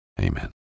Amen